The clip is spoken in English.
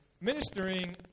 ministering